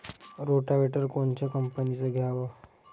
Rotavator कोनच्या कंपनीचं घ्यावं?